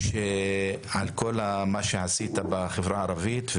על כל מה שעשית בחברה הערבית,